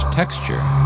texture